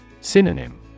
Synonym